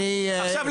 עכשיו,